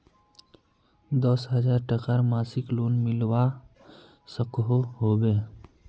दस हजार टकार मासिक लोन मिलवा सकोहो होबे?